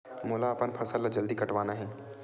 मोला अपन फसल ला जल्दी कटवाना हे?